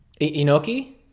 Inoki